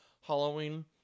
Halloween